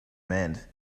mend